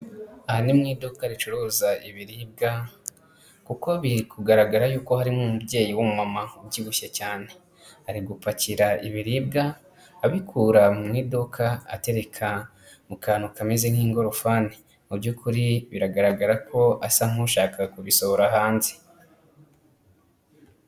Aha ni mu iduka ricuruza ibiribwa kuko biri kugaragara yuko harimo umubyeyi w'umu mama ubyibushye cyane, ari gupakira ibiribwa abikura mu iduka atereka mu kantu kameze nk'ingorofani, mu by'ukuri biragaragara ko asa nk'ushaka kubisohora hanze.